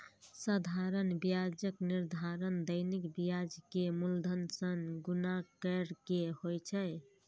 साधारण ब्याजक निर्धारण दैनिक ब्याज कें मूलधन सं गुणा कैर के होइ छै